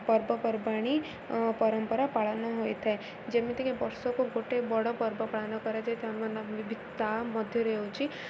ପର୍ବପର୍ବାଣୀ ପରମ୍ପରା ପାଳନ ହୋଇଥାଏ ଯେମିତିକି ବର୍ଷକୁ ଗୋଟେ ବଡ଼ ପର୍ବ ପାଳନ କରାଯାଏ ତା' ମଧ୍ୟରେ ହେଉଛି